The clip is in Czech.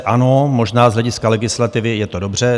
Ano, možná z hlediska legislativy je to dobře.